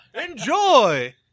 Enjoy